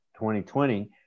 2020